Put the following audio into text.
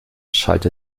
schallte